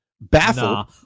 Baffled